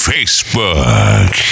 Facebook